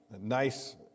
nice